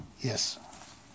Yes